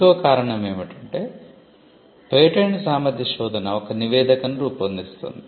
ఇంకో కారణం ఏమిటంటే పేటెంట్ సామర్థ్య శోధన ఒక నివేదికను రూపొందిస్తుంది